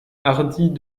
hardis